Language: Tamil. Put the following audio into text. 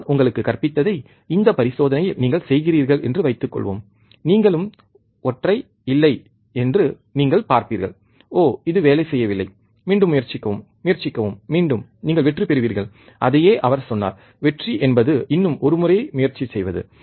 நான் உங்களுக்குக் கற்பித்ததை இந்தப் பரிசோதனையில் நீங்கள் செய்கிறீர்கள் என்று வைத்துக்கொள்வோம் நீங்களும் ஒற்றை இல்லை என்று நீங்கள் பார்ப்பீர்கள் ஓ இது வேலை செய்யவில்லை மீண்டும் முயற்சிக்கவும் முயற்சிக்கவும் மீண்டும் நீங்கள் வெற்றி பெறுவீர்கள் அதையே அவர் சொன்னார் வெற்றி என்பது இன்னும் ஒரு முறை முயற்சி செய்வது